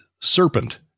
serpent